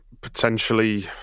potentially